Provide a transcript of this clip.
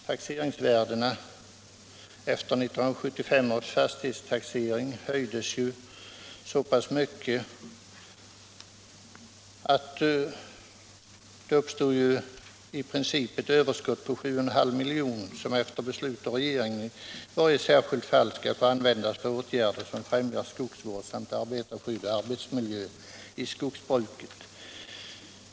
Taxeringsvärdena höjdes ju så pass mycket vid 1975 års fastighetstaxering att det i princip uppstod ett överskott på 7,5 miljoner, som efter beslut av regeringen i varje särskilt fall skall få användas för åtgärder som främjar skogsvård samt arbetarskydd och arbetsmiljö i skogsbruket.